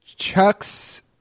Chuck's